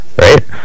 right